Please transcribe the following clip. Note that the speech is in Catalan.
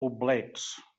poblets